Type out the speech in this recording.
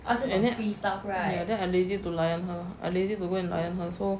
and then ya then I lazy to line her I lazy to go and line her so